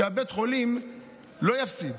שבית החולים לא יפסיד,